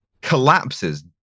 collapses